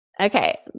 okay